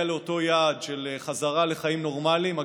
לאותו יעד של חזרה לחיים נורמליים.